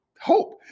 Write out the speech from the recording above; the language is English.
hope